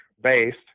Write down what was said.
based